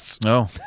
No